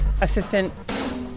Assistant